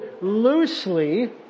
loosely